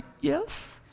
yes